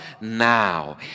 now